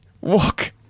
Walk